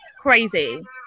crazy